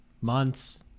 months